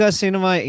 cinema